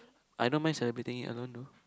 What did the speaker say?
I don't mind celebrating it alone though